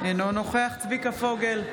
אינו נוכח צביקה פוגל,